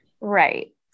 Right